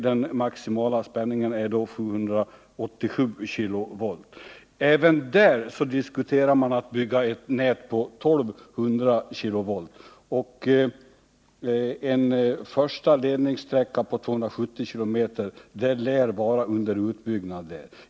Den maximala spänningen är 787 kV. Även där diskuterar man byggandet av nät med 1200 kV strömstyrka. En första ledningssträcka på 270 kilometer lär vara under byggnad.